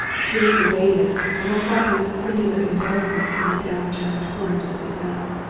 he looked away now and i thought there was a singular embarrassment in the down-turned cor ners of his mouth.